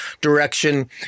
direction